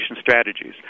strategies